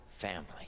family